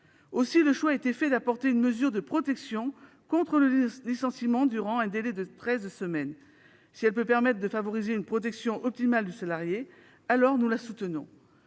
enfant. Le choix a été fait d'apporter une mesure de protection contre le licenciement, durant un délai de treize semaines. Si elle peut permettre de favoriser une protection optimale du salarié, alors nous la soutenons.